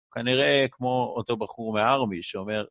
כנראה כמו אותו בחור מהארמי שאומר...